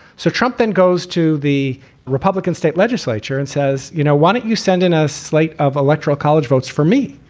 so trump then goes to the republican state legislature and says, you know, why don't you send in a slate of electoral college votes for me?